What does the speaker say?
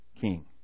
king